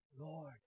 Lord